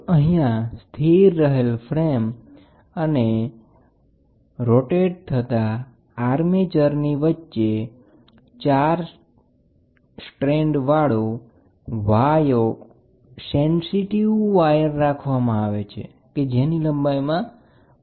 તો અહીંયા સ્થિર રહેલ ફ્રેમ અને ફરતા આર્મેચરની વચ્ચે ચાર સ્ટ્રેન વાળો સેન્સિટિવ વાયર જોડવામાં આવે છે કે જે વાયરની લંબાઈમાં બદલાવ આવે છે